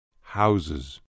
Houses